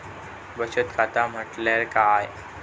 बचत खाता म्हटल्या काय?